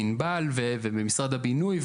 במשרד הבינוי,